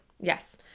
Yes